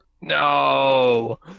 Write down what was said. No